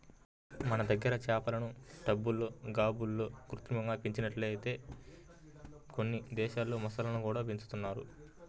మన దగ్గర చేపలను టబ్బుల్లో, గాబుల్లో కృత్రిమంగా పెంచినట్లుగానే కొన్ని దేశాల్లో మొసళ్ళను పెంచుతున్నారు